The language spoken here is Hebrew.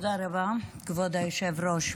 תודה רבה, כבוד היושב-ראש.